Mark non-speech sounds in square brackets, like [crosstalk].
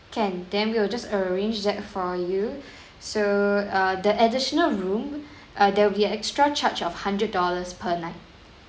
can then we will just arrange that for you [breath] so uh the additional room uh there will be a extra charge of hundred dollars per night